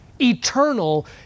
eternal